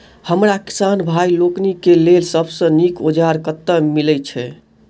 हमरा किसान भाई लोकनि केँ लेल सबसँ नीक औजार कतह मिलै छै?